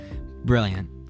Brilliant